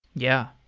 yeah.